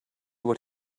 what